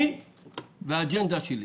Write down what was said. אני והאג'נדה שלי.